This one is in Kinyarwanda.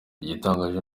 igitangaje